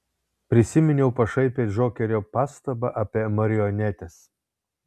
prisiminiau pašaipią džokerio pastabą apie marionetes